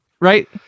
right